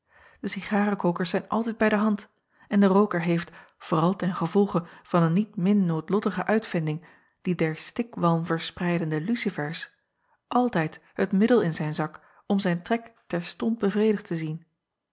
e cigarekokers zijn altijd bij de hand en de rooker heeft vooral ten gevolge van een niet min noodlottige uitvinding die der stikwalm verspreidende lucifers altijd het middel in zijn zak om zijn trek terstond bevredigd te zien